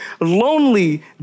lonely